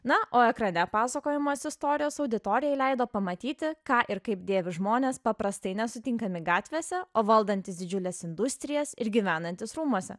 na o ekrane pasakojamos istorijos auditorijai leido pamatyti ką ir kaip dėvi žmonės paprastai nesutinkami gatvėse o valdantys didžiules industrijas ir gyvenantys rūmuose